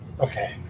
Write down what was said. Okay